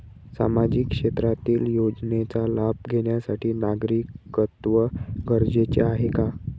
सामाजिक क्षेत्रातील योजनेचा लाभ घेण्यासाठी नागरिकत्व गरजेचे आहे का?